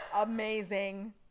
Amazing